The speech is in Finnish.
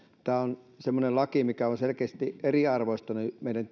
tämä on semmoinen laki mikä on selkeästi eriarvoistanut meidän